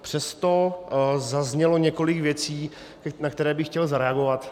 Přesto zaznělo několik věcí, na které bych chtěl zareagovat.